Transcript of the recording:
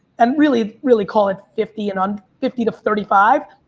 and really really call it fifty and on, fifty to thirty five,